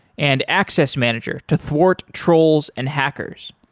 and access manager to thwart trolls and hackers.